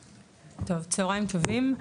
טוב, צוהריים טובים.